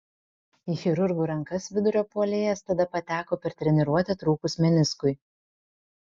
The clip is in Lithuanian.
į chirurgų rankas vidurio puolėjas tada pateko per treniruotę trūkus meniskui